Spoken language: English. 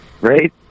right